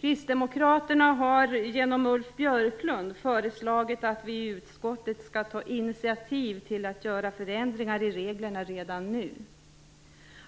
Kristdemokraterna har genom Ulf Björklund föreslagit att vi i utskottet skall ta initiativ till att göra förändringar i reglerna redan nu.